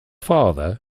father